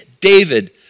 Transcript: David